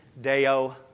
Deo